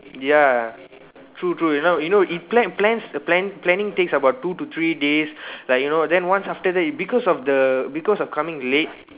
ya true true you know you know it plan plans plan planning takes about two to three days like you know then once after that because of the because of coming late